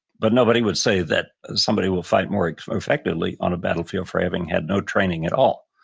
but nobody would say that somebody will fight more effectively on a battlefield for having had no training at all.